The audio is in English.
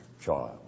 child